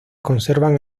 conservan